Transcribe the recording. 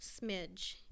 smidge